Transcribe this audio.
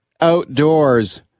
outdoors